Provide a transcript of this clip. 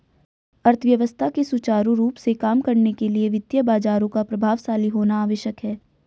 अर्थव्यवस्था के सुचारू रूप से काम करने के लिए वित्तीय बाजारों का प्रभावशाली होना आवश्यक है